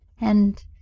and